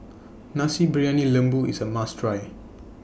Nasi Briyani Lembu IS A must Try